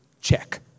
check